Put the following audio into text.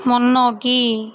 முன்னோக்கி